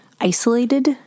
isolated